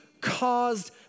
caused